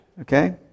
Okay